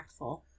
impactful